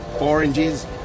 Oranges